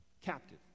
captive